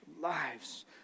lives